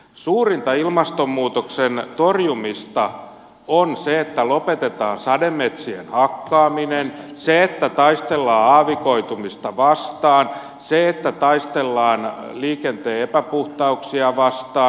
suurinta ilmastonmuutoksen torjumista on se että lopetetaan sademetsien hakkaaminen se että taistellaan aavikoitumista vastaan se että taistellaan liikenteen epäpuhtauksia vastaan